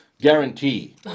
Guarantee